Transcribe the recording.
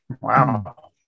wow